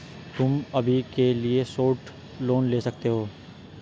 तुम अभी के लिए शॉर्ट लोन ले सकते हो